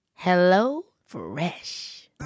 HelloFresh